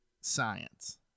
science